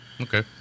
Okay